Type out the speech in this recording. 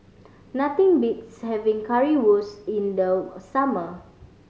nothing beats having Currywurst in the summer